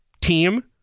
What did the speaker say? team